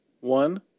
One